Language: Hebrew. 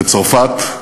בצרפת,